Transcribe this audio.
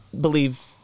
believe